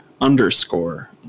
underscore